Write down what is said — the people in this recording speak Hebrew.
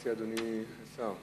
מציע אדוני השר?